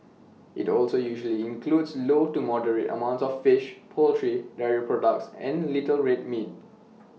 IT also usually includes low to moderate amounts of fish poultry dairy products and little red meat